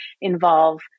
involve